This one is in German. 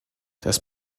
das